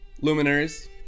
luminaries